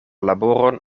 laboron